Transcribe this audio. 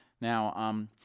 Now—